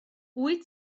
wyt